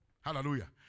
Hallelujah